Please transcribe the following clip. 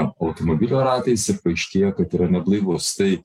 automobilio ratais ir paaiškėja kad yra neblaivus tai